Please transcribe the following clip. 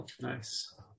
Nice